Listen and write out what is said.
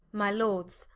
my lords,